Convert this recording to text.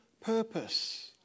purpose